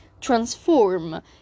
transform